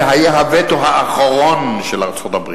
זה היה הווטו האחרון של ארצות-הברית,